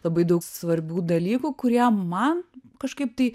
labai daug svarbių dalykų kurie man kažkaip tai